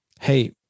hey